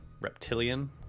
reptilian